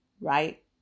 right